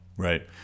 Right